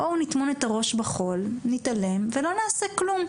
בואו נטמון את הראש בחול, נתעלם ולא נעשה כלום.